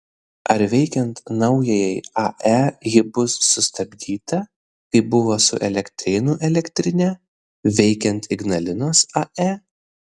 ar veikiant naujajai ae ji bus sustabdyta kaip buvo su elektrėnų elektrine veikiant ignalinos ae